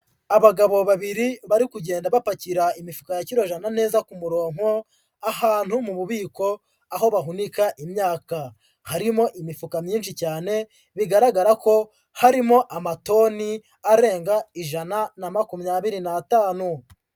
Abagabo babiri bari kugenda bapakira imifuka ya kiro jana neza ku muronko ahantu mu bubiko aho bahunika imyaka, harimo imifuka myinshi cyane bigaragara ko harimo amatoni arenga ijana na makumyabiri n'atanu.